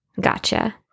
gotcha